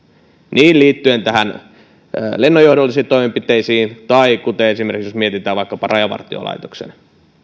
liittyen näihin lennonjohdollisiin toimenpiteisiin tai esimerkiksi jos mietitään vaikkapa rajavartiolaitoksen